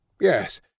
yes